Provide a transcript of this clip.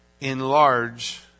enlarge